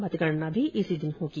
मतगणना भी इसी दिन होगी